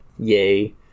Yay